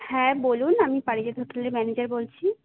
হ্যাঁ বলুন আমি পারিজাত হোটেলের ম্যানেজার বলছি